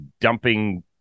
Dumping